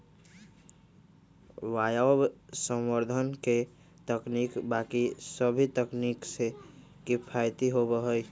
वायवसंवर्धन के तकनीक बाकि सभी तकनीक से किफ़ायती होबा हई